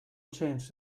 change